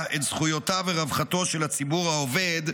את זכויותיו ורווחתו של הציבור העובד,